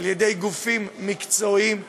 על-ידי גופים מקצועיים,